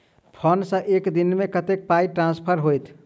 Phone सँ एक दिनमे कतेक पाई ट्रान्सफर होइत?